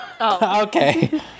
okay